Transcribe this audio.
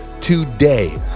today